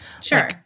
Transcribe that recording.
Sure